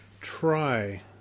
try